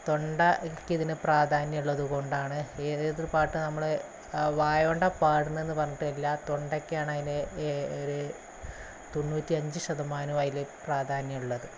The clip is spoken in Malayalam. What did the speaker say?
തൊണ്ടയ്ക്കിതിന് പ്രാധാന്യമുള്ളതുകൊണ്ടാണ് ഏതൊരു പാട്ട് നമ്മള് വായ കൊണ്ടാണ് പാടണതെന്ന് പറഞ്ഞിട്ട് കാര്യമില്ല തൊണ്ടയ്ക്കാണ് അതിന് ഒര് തൊണ്ണൂറ്റിയഞ്ച് ശതമാനവും അതില് പ്രാധാന്യമുള്ളത്